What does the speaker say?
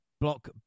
Block